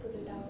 不知道